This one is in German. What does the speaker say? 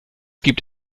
gibt